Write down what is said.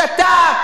הסתה,